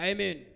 Amen